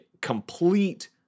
complete